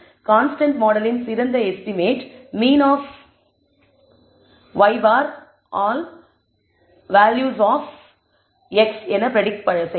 constant மாடலின் சிறந்த estimate mean of y for all values of x என predict செய்யலாம்